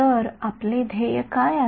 तर आपले ध्येय काय आहे